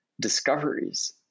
discoveries